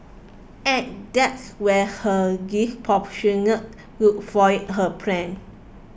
and that's when her disproportionate look foiled her plans